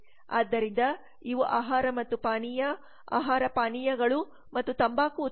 ಆದ್ದರಿಂದ ಇವು ಆಹಾರ ಮತ್ತು ಪಾನೀಯ ಆಹಾರ ಪಾನೀಯಗಳು ಮತ್ತು ತಂಬಾಕು ಉತ್ಪನ್ನಗಳು